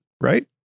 right